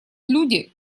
люди